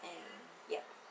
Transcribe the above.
and yup